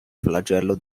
flagello